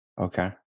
Okay